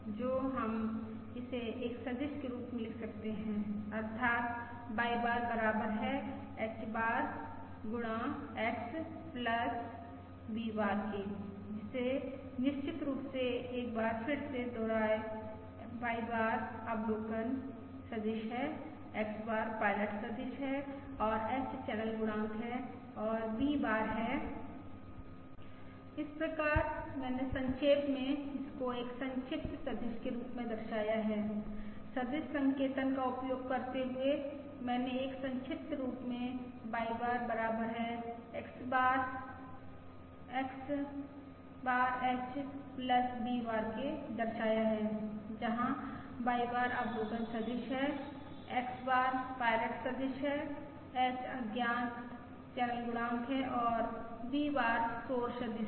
तो हम इसे एक सदिश के रूप में लिख सकते हैं अर्थात् Y बार बराबर है H गुणा X V बार के जिसे निश्चित रूप से एक बार फिर से दोहराये Y बार अवलोकन सदिश है X बार पायलट सदिश है h चैनल गुणांक है और V बार है इस प्रकार मैंने संक्षेप में इसको एक संक्षिप्त सदिश के रूप में दर्शाया है सदिश संकेतन का उपयोग करते हुए मैंने एक संक्षिप्त रूप में Y बार बराबर है X बार H V बार के दर्शाया हैजहाँ Y बार अवलोकन सदिश है X बार पायलट सदिश है H अज्ञात चैनल गुणांक है और V बार शोर सदिश है